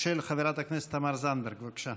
של חברת הכנסת תמר זנדברג, בבקשה.